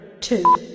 two